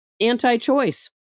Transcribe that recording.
anti-choice